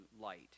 light